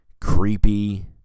creepy